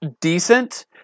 decent